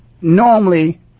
normally